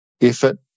effort